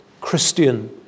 Christian